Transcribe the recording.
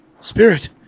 Spirit